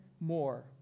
more